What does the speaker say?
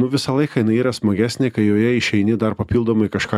nu visą laiką jinai yra smagesnė kai joje išeini dar papildomai kažką